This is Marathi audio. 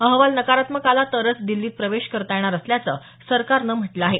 अहवाल नकारात्मक आला तरच दिल्लीत प्रवेश करता येणार असल्याचं सरकारनं म्हटलं आहे